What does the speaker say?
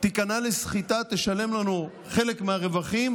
תיכנע לסחיטה, תשלם לנו חלק מהרווחים,